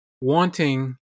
wanting